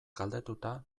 galdetuta